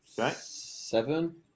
Seven